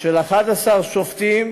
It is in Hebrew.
של 11 שופטים